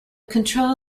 control